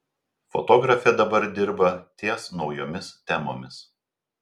fotografė dabar dirba ties naujomis temomis